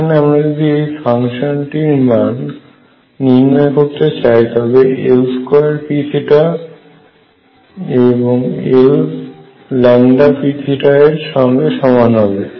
এখানে আমরা যদি এই ফাংশনটির মান নির্ণয় করতে চায় তবে L2P P এর সঙ্গে সমান হবে